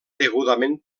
degudament